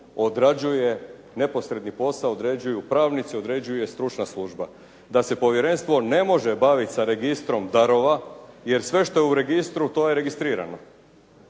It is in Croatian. odrađuje, neposredni posao određuju pravnici, određuje stručna služba, da se povjerenstvo ne može bavit sa registrom darova, jer sve što je u registru to je registrirano.